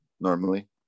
Normally